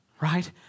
right